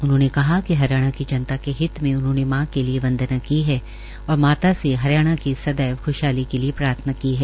उन्होंने कहा कि हरियाणा की जनता के हित उन्होंने मां की वंदना की है और माता से हरियाणा की सदैव ख्शहाली के लिए प्रार्थना की है